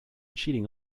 cheating